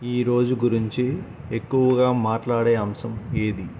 ఈరోజు గురించి ఎక్కువగా మాట్లాడే అంశం ఏది